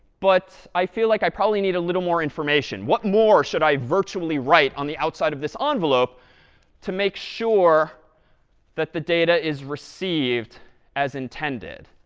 but i feel like i probably need a little more information. what more should i virtually write on the outside of this ah envelope to make sure sure that the data is received as intended?